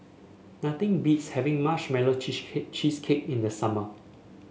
nothing beats having Marshmallow Cheesecake in the summer